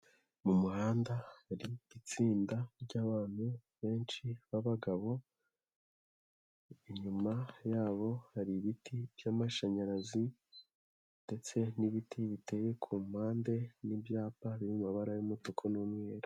Mu muhanda hari itsinda ry'abantu benshi b'agabo, inyuma yabo hari ibiti by'amashanyarazi ndetse n'ibiti biteye ku mpande, n'ibyapa by'amabara y'umutuku n'umweru.